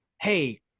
hey